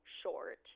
short